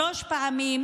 שלוש פעמים,